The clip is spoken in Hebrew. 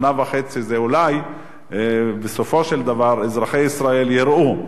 שנה וחצי זה, אולי בסופו של דבר אזרחי ישראל יראו: